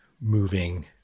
moving